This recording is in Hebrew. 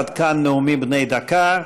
עד כאן נאומים בני דקה.